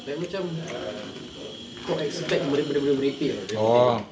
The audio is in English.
like macam kau expect benda-benda merepek [tau] everything